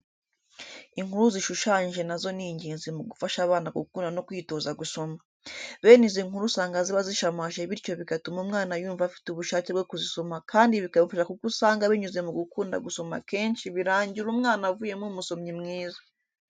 Inkuru zishushanije na zo ni ingenzi mu gufasha abana gukunda no kwitoza gusoma. Bene izi nkuru usanga ziba zishamaje bityo bigatuma umwana yumva afite ubushake byo kuzisoma kandi bikamufasha kuko usanga binyuze mu gukunda gusoma kenshi birangira umwana avuyemo umusomyi mwiza.